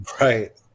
right